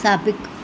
साबिक़ु